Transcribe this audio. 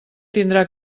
tindrà